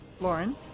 Lauren